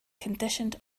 conditioned